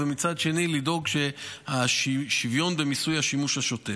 ומצד שני לדאוג שיהיה שוויון במיסוי השימוש השוטף.